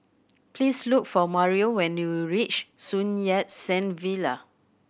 please look for Mario when you reach Sun Yat Sen Villa